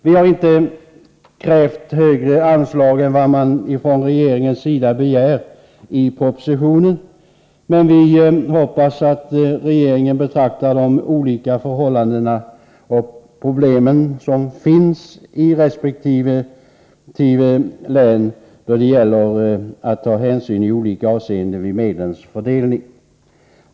Vi har inte krävt högre anslag än vad regeringen föreslår i propositionen, men vi hoppas att regeringen beaktar de olika förhållanden och problem som finns i resp. län när det gäller att i olika avseenden ta hänsyn till medlens fördelning.